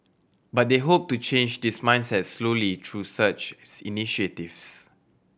but they hope to change this mindset slowly through such initiatives